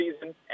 season